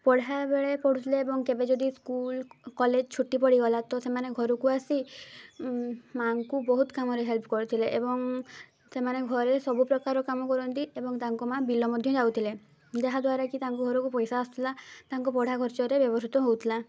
ପଢ଼ା ବେଳେ ପଢ଼ୁଥିଲେ ଏବଂ କେବେ ଯଦି ସ୍କୁଲ କଲେଜ ଛୁଟି ପଡ଼ିଗଲା ତ ସେମାନେ ଘରକୁ ଆସି ମାଆଙ୍କୁ ବହୁତ କାମରେ ହେଲ୍ପ କରିଥିଲେ ଏବଂ ସେମାନେ ଘରେ ସବୁ ପ୍ରକାର କାମ କରନ୍ତି ଏବଂ ତାଙ୍କ ମାଆ ବିଲ ମଧ୍ୟ ଯାଉଥିଲେ ଯାହାଦ୍ୱାରାକି ତାଙ୍କ ଘରକୁ ପଇସା ଆସୁଥିଲା ତାଙ୍କ ପଢ଼ା ଖର୍ଚ୍ଚରେ ବ୍ୟବହୃତ ହଉଥିଲା